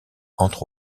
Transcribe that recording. entre